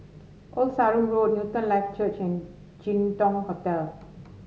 Old Sarum Road Newton Life Church and Jin Dong Hotel